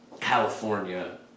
California